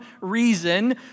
reason